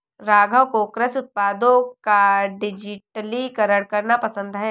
राघव को कृषि उत्पादों का डिजिटलीकरण करना पसंद है